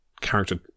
character